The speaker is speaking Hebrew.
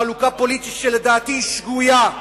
חלוקה פוליטית שלדעתי היא שגויה,